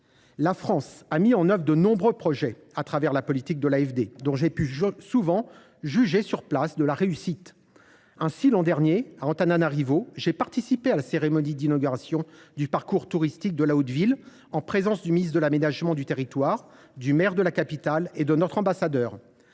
La France a mis en œuvre de nombreux projets au travers de la politique de l’AFD. Souvent, j’ai pu juger sur place de leur réussite. Ainsi, j’ai participé l’an dernier, à Antananarivo, à la cérémonie d’inauguration du parcours touristique de la Haute Ville, en présence du ministre malgache de l’aménagement du territoire, du maire de la capitale et de notre ambassadeur.